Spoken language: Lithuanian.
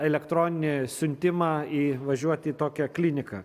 elektroninį siuntimą į važiuot į tokią kliniką